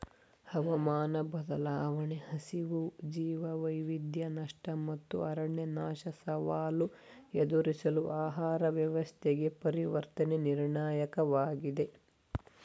ಹವಾಮಾನ ಬದಲಾವಣೆ ಹಸಿವು ಜೀವವೈವಿಧ್ಯ ನಷ್ಟ ಮತ್ತು ಅರಣ್ಯನಾಶ ಸವಾಲು ಎದುರಿಸಲು ಆಹಾರ ವ್ಯವಸ್ಥೆಗೆ ಪರಿವರ್ತನೆ ನಿರ್ಣಾಯಕವಾಗಿದೆ